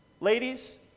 ladies